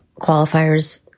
qualifiers